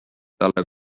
talle